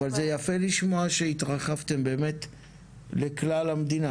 אבל זה יפה לשמוע שהתרחבתם לכלל המדינה.